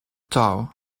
touw